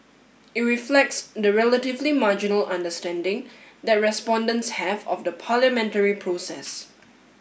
it reflects the relatively marginal understanding that respondents have of the parliamentary process